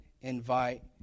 invite